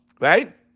right